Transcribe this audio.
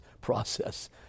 process